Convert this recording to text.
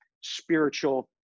spiritual